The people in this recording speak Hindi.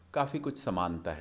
काफ़ी कुछ समानता है